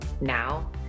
now